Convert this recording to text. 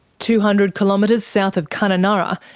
two hundred kilometres south of kununurra,